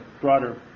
broader